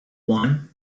one